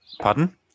Pardon